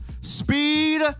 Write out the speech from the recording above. speed